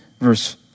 Verse